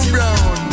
Brown